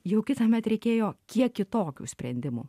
jau kitąmet reikėjo kiek kitokių sprendimų